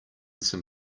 some